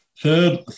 third